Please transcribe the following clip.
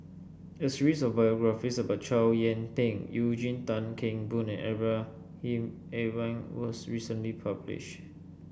a series of biographies about Chow Yian Ping Eugene Tan Kheng Boon and Ibrahim Awang was recently publish